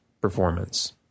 performance